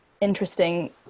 interesting